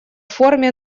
форме